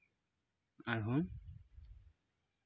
ᱟᱨᱦᱚᱸ